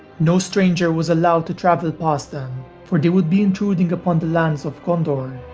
no stranger was allowed to travel past them for they would be intruding upon the lands of gondor,